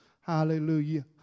Hallelujah